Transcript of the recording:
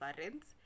parents